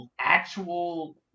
actual